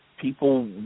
People